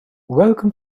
welcome